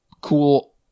cool